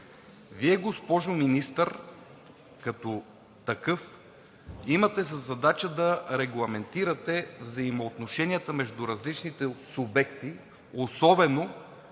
Вие, госпожо Министър, като такъв имате за задача да регламентирате взаимоотношенията между различните субекти, особено